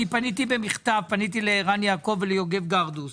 אני פניתי במכתב לערן יעקב וליוגב גרדוס